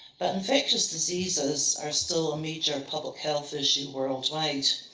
but infectious diseases are still a major public health issue, worldwide.